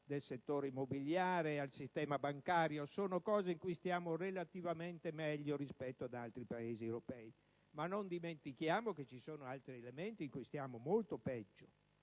del settore immobiliare, al sistema bancario. Sono settori in cui stiamo relativamente meglio rispetto ad altri Paesi europei, ma non dimentichiamo che ci sono altri settori in cui stiamo molto peggio: